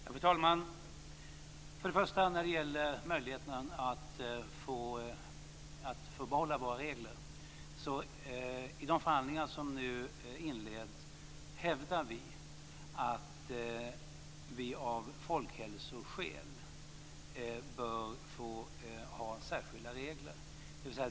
Fru talman! För det första vill jag när det gäller möjligheten att få behålla våra regler säga att vi i de förhandlingar som nu inleds hävdar att vi av folkhälsoskäl bör ha särskilda regler.